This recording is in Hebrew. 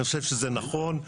אני חושב שזה נכון,